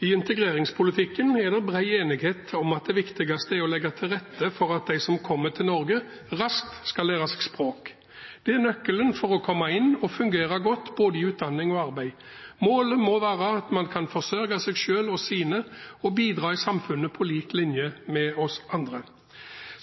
I integreringspolitikken er det bred enighet om at det viktigste er å legge til rette for at de som kommer til Norge, raskt skal lære seg språk. Det er nøkkelen for å komme inn og fungere godt i både utdanning og arbeid. Målet må være at man kan forsørge seg og sine og bidra i samfunnet på lik linje med oss andre.